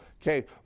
Okay